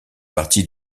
partie